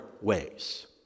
ways